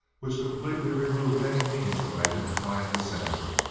which completely removed any means of identifying the sender.